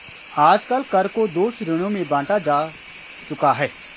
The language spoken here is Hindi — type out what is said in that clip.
आजकल कर को दो श्रेणियों में बांटा जा चुका है